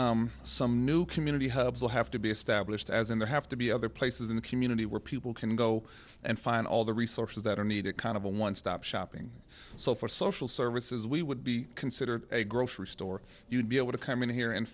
some new community hubs will have to be established as in the have to be other places in the community where people can go and find all the resources that are needed kind of a one stop shopping so for social services we would be considered a grocery store you'd be able to come in here and